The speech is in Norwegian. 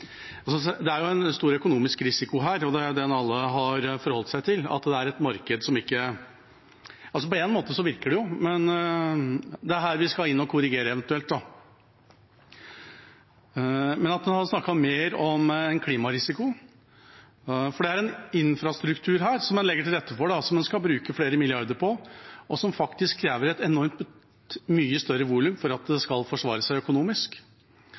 det er et marked som ikke virker. På en måte virker det jo, men det er her vi eventuelt skal inn og korrigere. Jeg skulle ønske at SV hadde snakket mer om klimarisiko. For det er en infrastruktur her som en legger til rette for, som en skal bruke flere milliarder på, og som faktisk krever et enormt mye større volum for at det skal forsvare seg økonomisk.